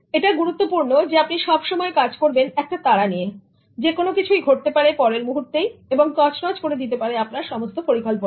এটা গুরুত্বপূর্ণ যে আপনি সব সময় কাজ করবেন একটা তাড়া নিয়ে যেকোনো কিছুই ঘটতে পারে পরের মুহূর্তেই এবং তছনছ করে দিতে পারে আপনার সমস্ত পরিকল্পনা